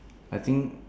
I think